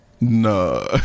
no